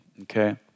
okay